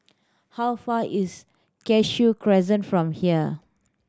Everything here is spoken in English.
how far is Cashew Crescent from here